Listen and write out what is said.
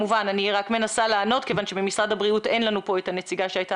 אני רק מנסה לענות כיוון שאין לנו כאן את הנציגה שהייתה